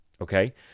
Okay